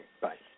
Bye